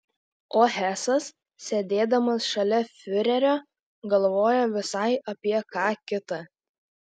o hesas sėdėdamas šalia fiurerio galvojo visai apie ką kitą